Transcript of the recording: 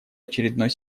очередной